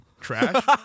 trash